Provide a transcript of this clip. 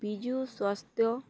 ବିଜୁ ସ୍ୱାସ୍ଥ୍ୟ